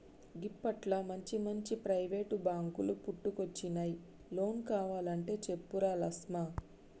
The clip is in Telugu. గిప్పట్ల మంచిమంచి ప్రైవేటు బాంకులు పుట్టుకొచ్చినయ్, లోన్ కావలంటే చెప్పురా లస్మా